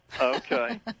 Okay